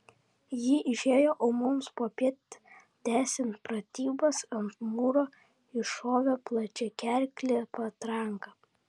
ji išėjo o mums popiet tęsiant pratybas ant mūro iššovė plačiagerklė patranka